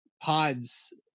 pods